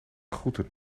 groeten